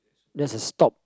there's a stop